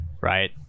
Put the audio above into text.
right